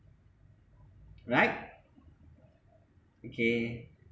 right okay